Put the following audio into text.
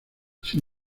sin